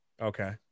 Okay